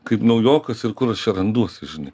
kaip naujokas ir kur aš čia randuosi žinai